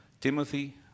Timothy